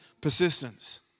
persistence